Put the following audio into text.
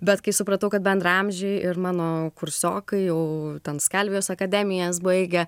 bet kai supratau kad bendraamžiai ir mano kursiokai jau ten skalvijos akademijas baigę